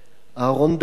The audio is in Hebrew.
אהרן דוידי,